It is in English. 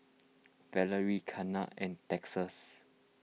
Valerie Kathern and Texas